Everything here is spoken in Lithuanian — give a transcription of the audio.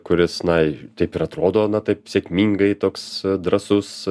kuris na taip ir atrodo na taip sėkmingai toks drąsus